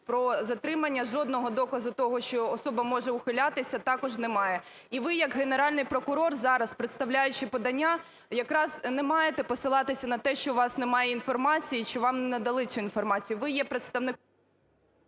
про затримання жодного доказу того, що особа може ухилятися, також немає. І ви як Генеральний прокурор, зараз представляючи подання, якраз не маєте посилатися на те, що у вас немає інформації, чи вам не надали цю інформацію. Ви є представник…